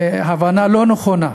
בהבנה לא נכונה.